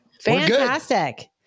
Fantastic